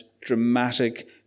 dramatic